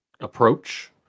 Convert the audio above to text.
approach